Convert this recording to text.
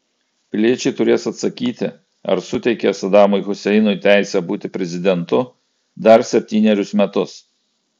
piliečiai turės atsakyti ar suteikia sadamui huseinui teisę būti prezidentu dar septynerius metus